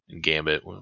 Gambit